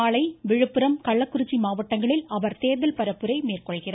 நாளை விழுப்புரம் கள்ளக்குறிச்சி மாவட்டங்களில் அவர் தேர்தல் பரப்புரை மேற்கொள்கிறார்